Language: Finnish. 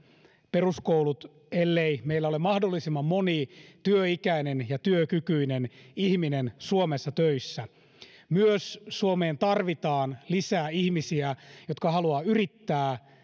peruskoulut ellei meillä ole mahdollisimman moni työikäinen ja työkykyinen ihminen suomessa töissä suomeen tarvitaan myös lisää ihmisiä jotka haluavat yrittää